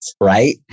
right